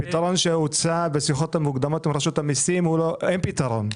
הפתרון שהוצע בשיחות המוקדמות עם רשות המיסים אין פתרון.